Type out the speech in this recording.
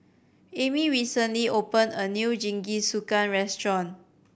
Amey recently opened a new Jingisukan restaurant